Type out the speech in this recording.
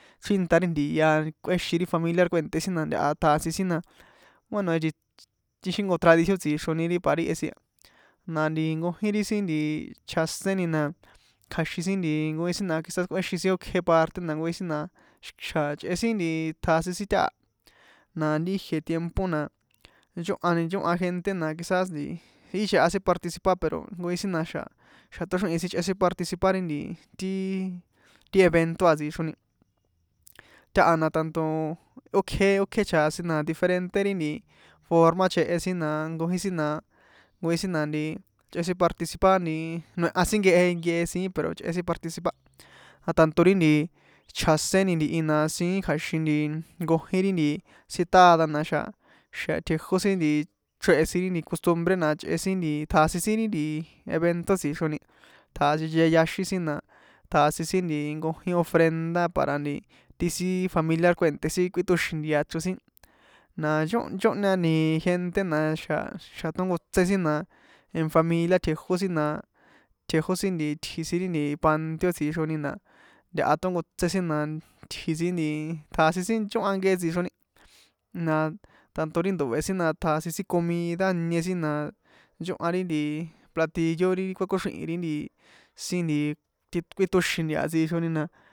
Ri ntia a kꞌuéxin ri familiar kue̱nté sin ntaha tjasin sin na bueno ixi jnko tradicio tsixroni ri pari jehe sin na nti nkojin ri sin nti chjaséni na kja̱xin sin nti nkojin sin quizás kꞌuéxin ókje parte na nkojin sin xa̱ chꞌe sin tjasin sin taha na jie tiempo na nchóhani nchóhan gente na quizás í chꞌe sin participar pero nkojin sin na̱xa̱ xa tóxrihin sichꞌe sin participar ti evento a tsixroni taha na tanto ókje ókje chjasin na diferente ri nti forma chehe sin na nkojin si na nkojin na ichꞌe sin participar nti noeha sin nkehe nkehe siín pero ichꞌe sin participar tanto chjaséni ntihi na siín nkojin ri sin tada na̱xa̱ tjejó sin chréhe̱ sin ri costubre na chꞌe sin nti tjasin sin ri nti evento tsixroni tjasin ncheyaxin sin na tjasin nkojin ofrenda para nti ti sin familiar kue̱nté sin kuítoxin ntia ichro sin na nchóhña gente na na̱xa̱ xa tónkotse sin na en familia tjejó sin na tjejó sin tji sin ri panteón tsixroni na ntaha tónkotse sin na itji̱ sin nti tjasin sin nchóhan nkehe tsixroni na tanto ri ndoe̱ sin na tjasin sin comida ijnie sin na nchóhan ri platillo ri kuékoxrihi̱ ri sin nti ti kuítoxin ntia tsixroni na.